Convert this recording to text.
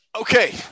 Okay